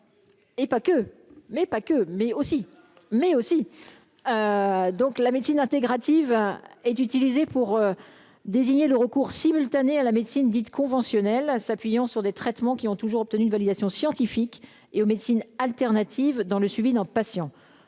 pas que mais aussi mais aussi donc la médecine intégrative hein est utilisé pour désigner le recours simultanée à la médecine dite conventionnelle, s'appuyant sur des traitements qui ont toujours obtenu une validation scientifique et aux médecines alternatives dans le suivi d'un patient,